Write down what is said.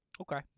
Okay